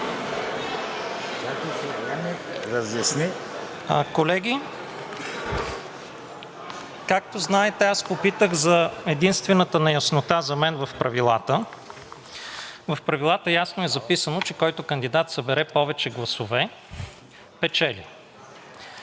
Колеги, както знаете, аз попитах за единствената неяснота за мен в правилата. В правилата ясно е записано, че който кандидат събере повече гласове – печели.